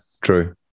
true